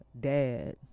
dad